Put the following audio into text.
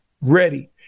ready